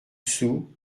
sou